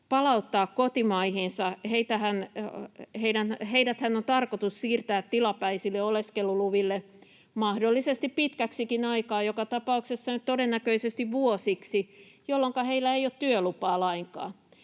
palauttaa kotimaihinsa: Heidäthän on tarkoitus siirtää tilapäisille oleskeluluville mahdollisesti pitkäksikin aikaa, joka tapauksessa nyt todennäköisesti vuosiksi, jolloinka heillä ei ole työlupaa lainkaan.